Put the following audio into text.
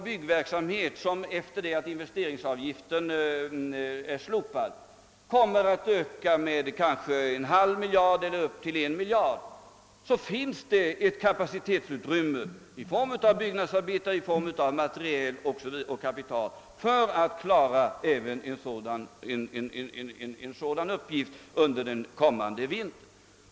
Byggverksamheten kanske efter investeringsavgiftens slopande kommer att öka med en halv miljard eller upp till en miljard kronor, men det finns redan ett kapacitetsutrymme i form av byggnadsarbetare, materiel och kapital för att klara även en sådan uppgift under nästföljande vinter.